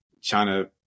China